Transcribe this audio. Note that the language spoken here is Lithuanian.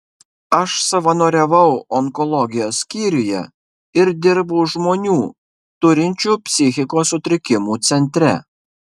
aš savanoriavau onkologijos skyriuje ir dirbau žmonių turinčių psichikos sutrikimų centre